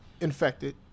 infected